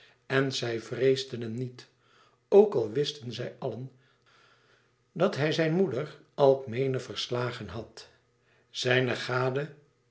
en zij vreesden hem niet ook al wisten zij allen dat hij zijn moeder alkmene verslagen had zijn gade